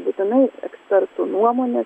būtinai ekspertų nuomone